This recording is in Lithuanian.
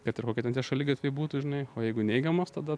kad ir kokie ten tie šaligatviai būtų žinai o jeigu neigiamos tada